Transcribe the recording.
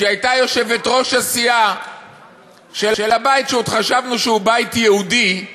כשהיא הייתה יושבת-ראש הסיעה של הבית שעוד חשבנו שהוא בית יהודי,